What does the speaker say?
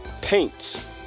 paints